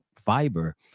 fiber